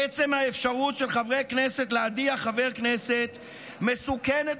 עצם האפשרות של חברי כנסת להדיח חבר כנסת מסוכנת